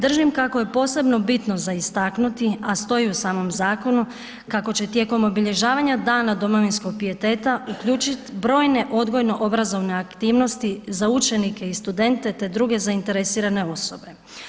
Držim kako je posebno bitno za istaknuti a stoji u samom zakonu, kako će tijekom obilježavanja dana domovinskog pijeteta, uključit brojne odgojno-obrazovne aktivnosti za učenike i studente te druge zainteresirane osobe.